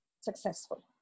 successful